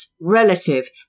relative